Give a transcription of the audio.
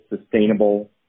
sustainable